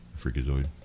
Freakazoid